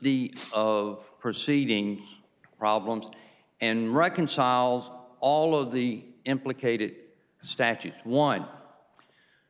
multiplicity of proceeding problems and reconciles all of the implicated statute one